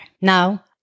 Now